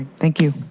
thank you.